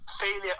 failure